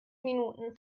minuten